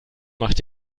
macht